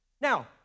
Now